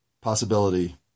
possibility